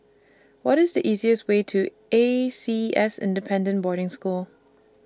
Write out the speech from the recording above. What IS The easiest Way to A C S Independent Boarding School